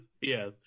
Yes